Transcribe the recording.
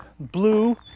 blue